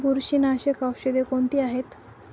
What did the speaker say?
बुरशीनाशक औषधे कोणती आहेत?